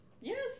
Yes